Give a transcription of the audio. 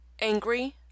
angry